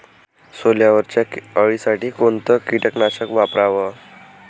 सोल्यावरच्या अळीसाठी कोनतं कीटकनाशक वापराव?